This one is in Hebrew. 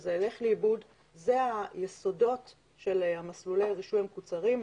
שזה ילך לאיבוד ואלה היסודות של מסלולי הרישוי המקוצרים,